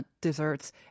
Desserts